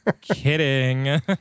Kidding